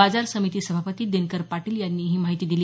बाजार समिती सभापती दिनकर पाटील यांनी ही माहिती दिली